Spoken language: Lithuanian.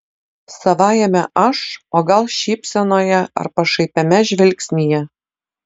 savajame aš o gal šypsenoje ar pašaipiame žvilgsnyje